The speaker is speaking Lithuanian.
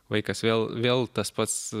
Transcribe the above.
vaikas vėl vėl tas pats